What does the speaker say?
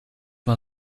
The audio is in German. mal